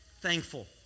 thankful